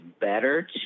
better